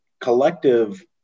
collective